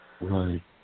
Right